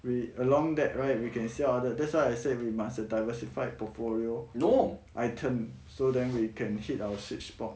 we along that right we can sell other that's why I said we must a diversified portfolio item so then we can hit our sweet spot